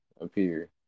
appear